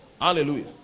Hallelujah